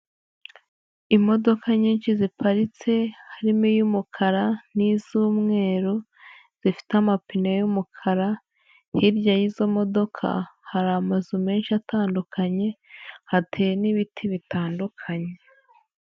Imodoka nyinshi ziparitse, harimo iy'umukara n'iz'umweru zifite amapine y'umukara, hirya y'izo modoka hari amazu menshi atandukanye, hateye n'ibiti bitandukanye.